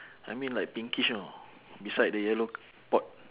I mean like pinkish you know beside the yellow pot